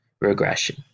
regression